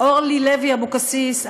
אורלי לוי אבקסיס,